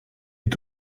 est